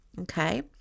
okay